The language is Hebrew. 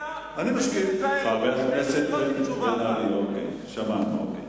אני מסכים עם חבר הכנסת דב חנין שאין לי תשובה על כל הדברים.